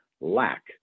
lack